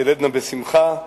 תלדנה בשמחה,